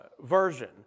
version